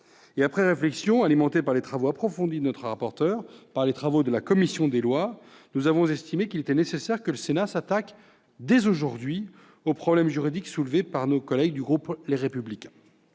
Après une réflexion alimentée par les travaux approfondis de notre rapporteur et de la commission des lois, nous avons estimé qu'il était nécessaire que le Sénat s'attaque, dès aujourd'hui, au problème juridique soulevé par nos collègues du groupe Les Républicains.